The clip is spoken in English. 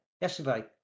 yesterday